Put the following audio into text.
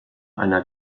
einer